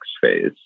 phase